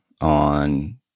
on